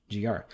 GR